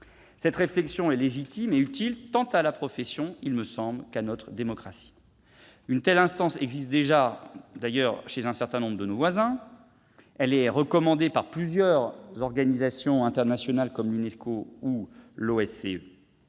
Cette réflexion est légitime et utile, tant à la profession qu'à notre démocratie. Une telle instance existe déjà chez un certain nombre de nos voisins. Elle est recommandée par plusieurs organisations internationales, comme l'Unesco ou l'OSCE,